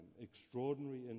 Extraordinary